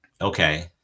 Okay